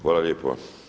Hvala lijepo.